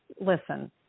listen